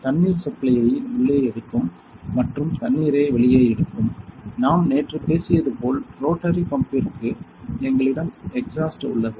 தண்ணீர் சப்ளையை உள்ளே எடுக்கும் மற்றும் தண்ணீரை வெளியே எடுக்கும் நாம் நேற்று பேசியது போல் ரோட்டரி பம்பிற்கு எங்களிடம் எக்ஸாஸ்ட் உள்ளது